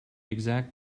exact